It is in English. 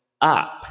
up